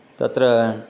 तत्र